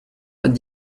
vingt